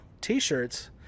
t-shirts